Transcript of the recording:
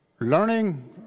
Learning